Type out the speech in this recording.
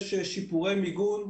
יש שיפורי מיגון.